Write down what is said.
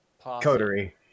Coterie